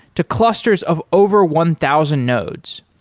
to clusters of over one thousand nodes.